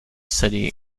city